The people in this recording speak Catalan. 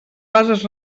bases